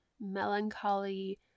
melancholy